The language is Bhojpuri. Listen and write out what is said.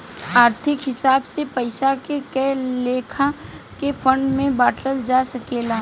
आर्थिक हिसाब से पइसा के कए लेखा के फंड में बांटल जा सकेला